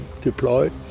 deployed